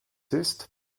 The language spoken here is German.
ist